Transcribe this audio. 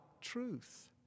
truth